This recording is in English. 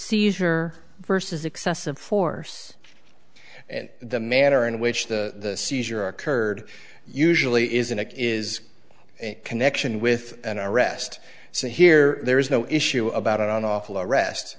seizure versus excessive force the manner in which the seizure occurred usually isn't it is a connection with an arrest so here there is no issue about on awful arrest